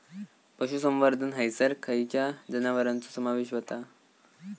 पशुसंवर्धन हैसर खैयच्या जनावरांचो समावेश व्हता?